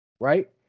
Right